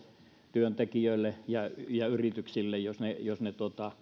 työntekijöille ja ja yrityksille jos ne jos ne